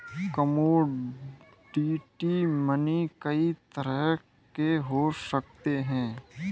commodity money कई तरह के हो सकते हैं